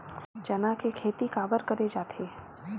चना के खेती काबर करे जाथे?